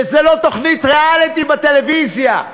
וזה לא תוכנית ריאליטי בטלוויזיה.